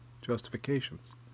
justifications